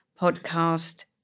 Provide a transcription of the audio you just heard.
podcast